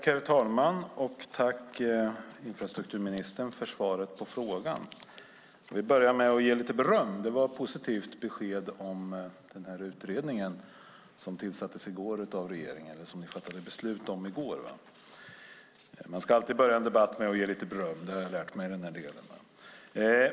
Herr talman! Tack, infrastrukturministern, för svaret på interpellationen! Jag vill börja med att ge lite beröm. Det var ett positivt besked om utredningen, som regeringen fattade beslut om i går. Man ska ju alltid börja en debatt med att ge lite beröm - det har jag lärt mig.